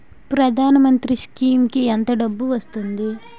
ప్రధాన మంత్రి స్కీమ్స్ కీ ఎంత డబ్బు వస్తుంది?